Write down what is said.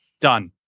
done